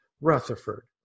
Rutherford